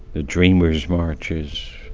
the dreamers marches,